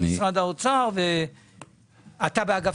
עוד